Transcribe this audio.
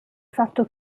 fatto